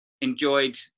enjoyed